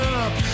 up